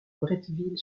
bretteville